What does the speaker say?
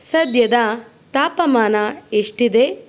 ಸದ್ಯದ ತಾಪಮಾನ ಎಷ್ಟಿದೆ